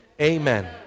amen